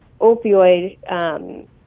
opioid